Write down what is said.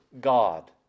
God